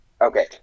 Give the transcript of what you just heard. okay